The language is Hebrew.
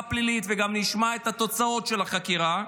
פלילית וגם נשמע את התוצאות של החקירה,